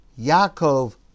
Yaakov